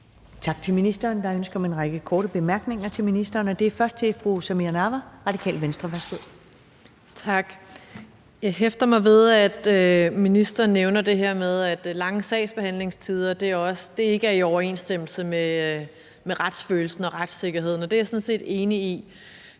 Tak til ministeren. Der er ønske om en række korte bemærkninger til ministeren. Først er det fru Samira Nawa, Radikale Venstre. Værsgo. Kl. 14:26 Samira Nawa (RV): Tak. Jeg hæfter mig ved, at ministeren nævner det her med, at lange sagsbehandlingstider ikke er i overensstemmelse med retsfølelsen og retssikkerheden, og det er jeg sådan set enig i.